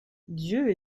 dieu